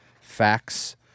Facts